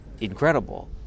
incredible